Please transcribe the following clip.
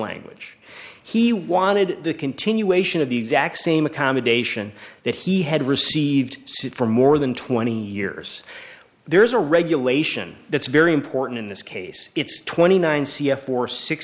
language he wanted the continuation of the exact same accommodation that he had received for more than twenty years there is a regulation that's very important in this case it's twenty nine c f or six